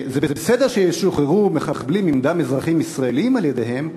זה בסדר שישוחררו מחבלים עם דם אזרחים ישראלים על ידיהם,